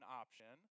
option